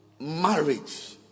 Marriage